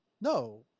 No